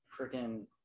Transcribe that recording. freaking